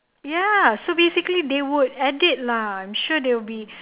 ya so basically they would edit lah I'm sure they'll be